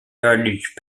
yardage